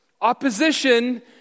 Opposition